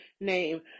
name